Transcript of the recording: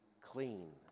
clean